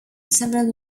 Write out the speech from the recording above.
several